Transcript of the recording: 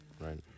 Right